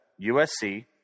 USC